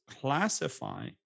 classify